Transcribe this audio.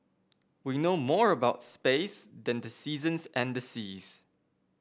we know more about space than the seasons and the seas